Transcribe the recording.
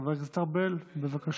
חבר הכנסת ארבל, בבקשה.